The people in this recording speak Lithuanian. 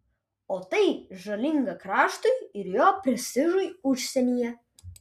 o tai žalinga kraštui ir jo prestižui užsienyje